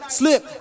slip